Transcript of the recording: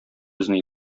безне